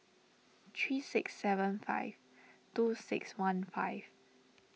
three six seven five two six one five